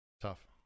Tough